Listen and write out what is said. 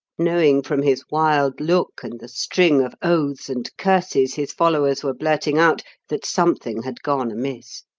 knowing from his wild look and the string of oaths and curses his followers were blurting out that something had gone amiss.